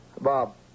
Bob